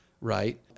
right